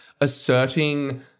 asserting